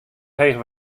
heech